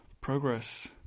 progress